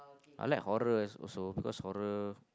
I like horrors also because horror